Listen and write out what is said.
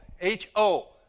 H-O